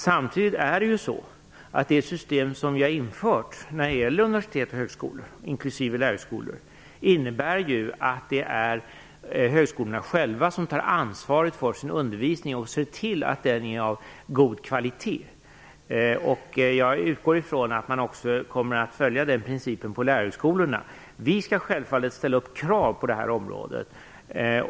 Samtidigt innebär det system som vi har infört för universitet och högskolor, inklusive lärarhögskolor, att det är högskolorna själva som tar ansvaret för sin undervisning och ser till att den är av god kvalitet. Jag utgår ifrån att man också kommer att följa den principen på lärarhögskolorna. Vi skall självfallet ställa upp krav på det här området.